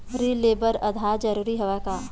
ऋण ले बर आधार जरूरी हवय का?